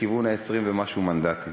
לכיוון ה-20 ומשהו מנדטים?